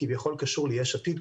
כביכול קשור ליש עתיד,